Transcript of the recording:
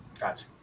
Gotcha